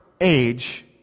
age